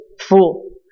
full